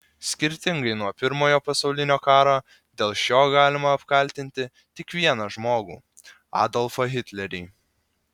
skirtingai nuo pirmojo pasaulinio karo dėl šio galima apkaltinti tik vieną žmogų adolfą hitlerį